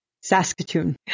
Saskatoon